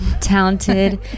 talented